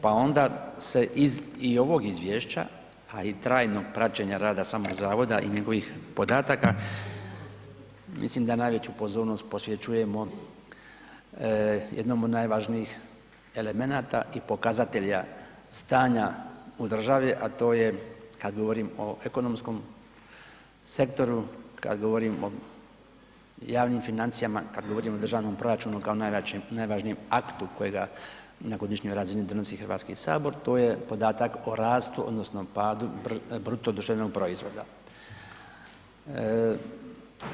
Pa onda se i iz ovog izvješća a i trajnog praćenja rada samog zavoda i njegovih podataka, mislim da najveću pozornost posvećujemo jednom od najvažnijih elemenata i pokazatelja stanja u državi a to je kad govorim o ekonomskom sektoru, kad govorim o javnim financijama, kad govorim o državnom proračunu kao najvažnijem aktu kojega na godišnjoj razini donosi Hrvatski sabor to je podatak o rastu, odnosno padu BDP-a.